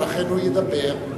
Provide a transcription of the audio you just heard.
ולכן הוא ידבר.